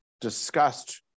Discussed